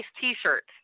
t-shirts